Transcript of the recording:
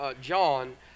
John